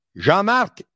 Jean-Marc